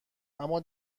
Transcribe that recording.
اما